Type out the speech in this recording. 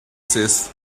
says